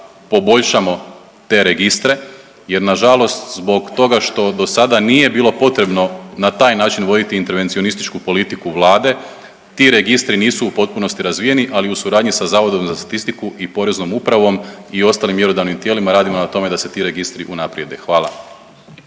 poboljšamo te registre, jer na žalost zbog toga što do sada nije bilo potrebno na taj način voditi intervencionističku politiku Vlade ti registri nisu u potpunosti razvijeni, ali u suradnji sa Zavodom za statistiku i Poreznom upravom i ostalim mjerodavnim tijelima radimo na tome da se ti registri unaprijede. Hvala.